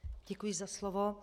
Děkuji za slovo.